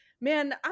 man